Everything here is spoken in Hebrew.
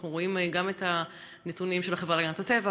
אנחנו רואים גם את הנתונים של החברה להגנת הטבע,